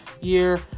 year